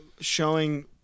showing